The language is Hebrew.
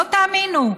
לא תאמינו.